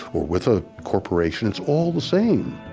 or with a corporation. it's all the same